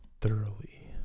thoroughly